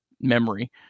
memory